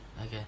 okay